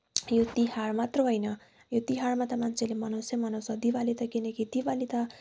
यो तिहार मात्र होइन यो तिहारमा त मान्छेले मनाउँछन् नै मनाउँछन् दिवाली त किनकि दिवाली त